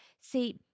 See